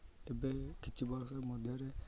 ଏବେ କିଛି ବର୍ଷ ମଧ୍ୟରେ